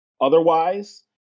Otherwise